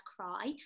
cry